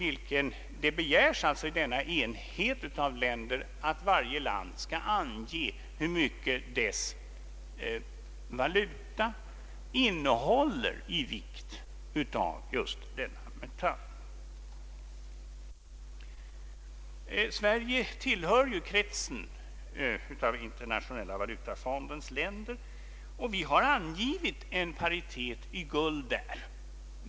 I denna enhet av länder begärs att varje land skall ange hur mycket dess valuta innehåller i vikt av just denna metall. Sverige tillhör kretsen av Internationella valutafondens länder och har angivit en paritet i guld.